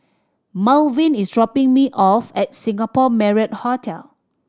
Malvin is dropping me off at Singapore Marriott Hotel